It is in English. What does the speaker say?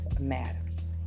matters